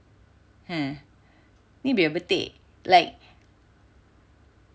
ha you memang betik